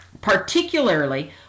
particularly